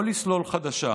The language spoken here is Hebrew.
או לסלול חדשה,